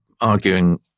arguing